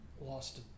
lost